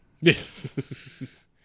Yes